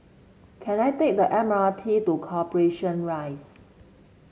can I take the M R T to Corporation Rise